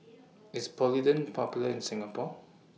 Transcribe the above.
IS Polident Popular in Singapore